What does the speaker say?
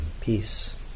peace